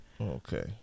Okay